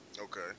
Okay